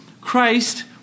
Christ